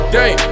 day